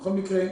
בכל מקרה,